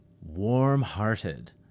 warm-hearted